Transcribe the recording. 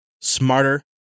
smarter